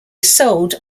sold